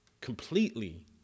completely